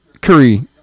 Curry